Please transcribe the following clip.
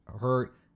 hurt